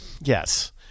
Yes